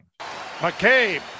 McCabe